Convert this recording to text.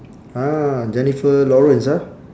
ah jennifer lawrence ah